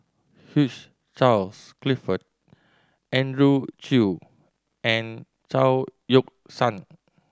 Hugh Charles Clifford Andrew Chew and Chao Yoke San